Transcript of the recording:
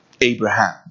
Abraham